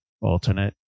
alternate